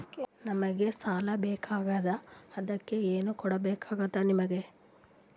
ನಮಗ ಸಾಲ ಬೇಕಾಗ್ಯದ ಅದಕ್ಕ ಏನು ಕೊಡಬೇಕಾಗ್ತದ ನಿಮಗೆ?